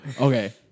Okay